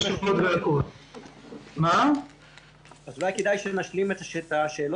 אז אולי כדאי שנשלים את השאלות,